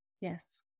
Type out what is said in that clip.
Yes